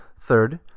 Third